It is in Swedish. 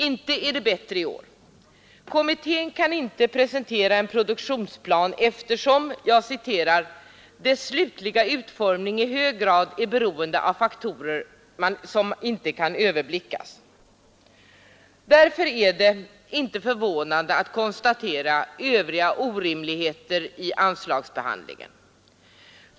Inte är det bättre i år. Kommittén kan inte presentera en produktionsplan, eftersom ”planens slutliga utformning i hög grad är beroende av faktorer som inte kan överblickas ———”. Därför är det inte förvånande att konstatera övriga orimligheter i anslagsbehandlingen.